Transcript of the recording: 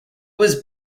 was